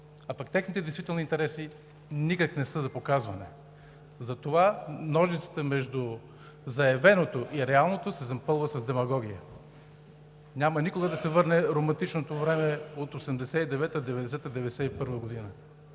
А пък техните действителни интереси никак не са за показване. Затова ножицата между заявеното и реалното се запълва с демагогия. Никога няма да се върне романтичното време от 1989-а, 1990-а,